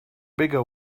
bigger